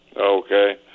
Okay